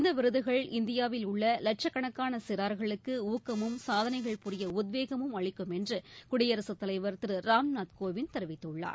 இந்த விருதுகள் இந்தியாவில் உள்ள லட்சக்கணக்கான சிறார்களுக்கு ஊக்கமும் சாதனைகள் புரிய உத்வேகமும் அளிக்கும் என்று குடியரசுத் தலைவர் திரு ராம்நாத் கோவிந்த் தெரிவித்துள்ளார்